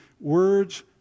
Words